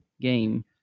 game